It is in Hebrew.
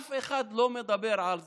אף אחד לא מדבר על זה,